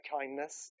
kindness